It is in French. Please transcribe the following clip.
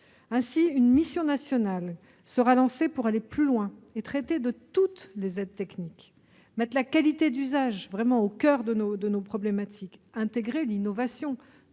Ainsi, une mission nationale sera lancée pour aller plus loin et traiter de toutes les aides techniques, mettre la qualité d'usage au coeur de nos problématiques, intégrer l'innovation.